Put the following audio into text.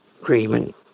agreement